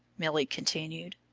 milly continued,